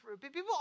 People